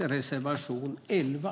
reservationer.